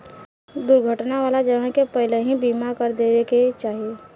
दुर्घटना वाला जगह के पहिलही बीमा कर देवे के चाही